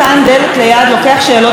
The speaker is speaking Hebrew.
לוקח שאלות מעיתונאים,